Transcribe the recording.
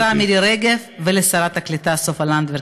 וכמובן לשרה מירי רגב ולשרת הקליטה סופה לנדבר,